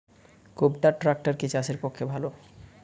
কুবটার ট্রাকটার কি চাষের পক্ষে ভালো?